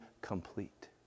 complete